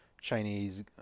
chinese